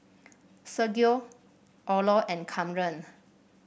Sergio Orlo and Kamren